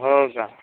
हो का